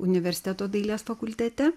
universiteto dailės fakultete